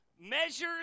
measures